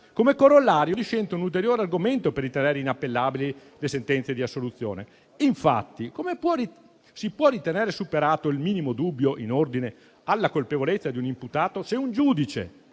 Come corollario discende un ulteriore argomento per ritenere inappellabili le sentenze di assoluzione. Infatti, come si può ritenere superato il minimo dubbio in ordine alla colpevolezza di un imputato, se un giudice,